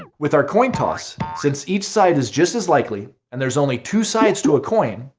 with our coin toss, since each side is just as likely, and there's only two sides to a coin,